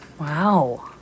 Wow